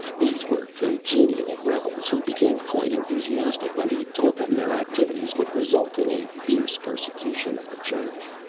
these were congenital rebels who became quite enthusiastic when he told them their activities would result in a fierce persecution of the church.